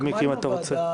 מיקי, אם אתה רוצה.